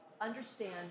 understand